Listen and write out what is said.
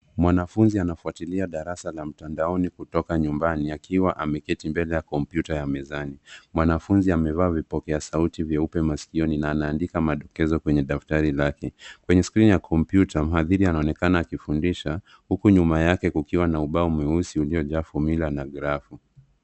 Mwanafunzi anafutilia darasa la mtandaoni kutoka nyumbani akiwa ameketi mbele ya kompyuta ya mezani. Mwanafunzi amevaa vipokea sauti vyeupe masikioni na ana andika madokezo kwenye daftari lake. Kwenye skrini ya kompyuta mhadhiri anaonekana akifundisha huku nyuma yake kukiwa na ubao mweusi ulio jaa formula na graph [cs.